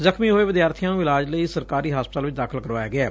ਜ਼ਖਮੀ ਹੋਏ ਵਿਦਿਆਰਥੀਆਂ ਨੂੰ ਇਲਾਜ ਲਈ ਸਰਕਾਰੀ ਹਸਪਤਾਲ ਚ ਦਾਖਲ ਕਰਵਾਇਆ ਗਿਐ